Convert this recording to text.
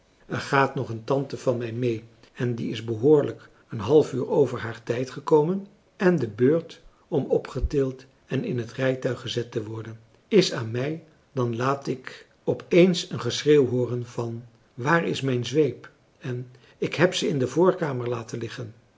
tante van mij mee en die is behoorlijk een half uur over haar tijd gekomen en de beurt om opgetild en in het rijtuig gezet te worden is aan mij dan laat ik op eens een geschreeuw hooren van waar is mijn zweep en ik heb ze in de voorkamer laten liggen